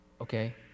okay